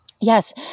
Yes